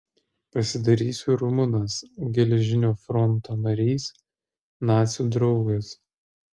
pasidarysiu rumunas geležinio fronto narys nacių draugas